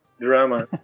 drama